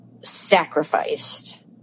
sacrificed